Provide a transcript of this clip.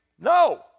No